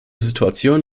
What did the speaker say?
situation